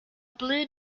blue